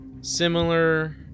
similar